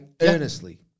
earnestly